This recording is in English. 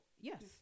Yes